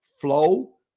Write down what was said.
flow